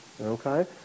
Okay